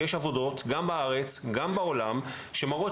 לא רק בישראל אלא גם אצל המדינות השכנות